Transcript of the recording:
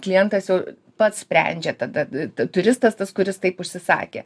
klientas jau pats sprendžia tada turistas tas kuris taip užsisakė